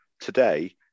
today